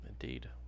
Indeed